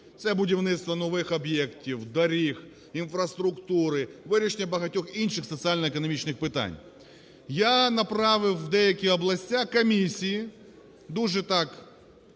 Це будівництво нових об'єктів, доріг, інфраструктури, вирішення багатьох інших соціально-економічних питань. Я направив в деякі області комісії дуже так